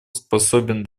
способен